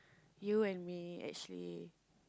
you and me actually